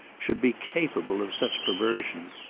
should be capable of such perversion.